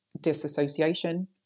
disassociation